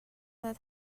that